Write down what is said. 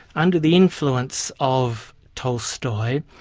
under the influence of tolstoy,